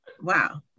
Wow